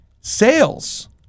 sales